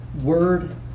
Word